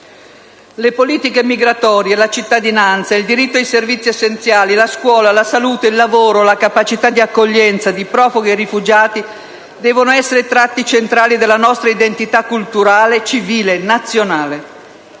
Le politiche migratorie, la cittadinanza, il diritto ai servizi essenziali, la scuola, la salute, il lavoro, la capacità di accoglienza di profughi e rifugiati devono essere tratti centrali della nostra identità culturale, civile, nazionale,